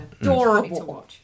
adorable